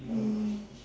mm